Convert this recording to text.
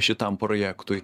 šitam projektui